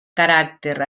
caràcter